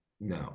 No